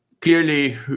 clearly